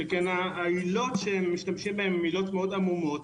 שכן העילות שמשתמשים בהן הן עילות מאוד עמומות,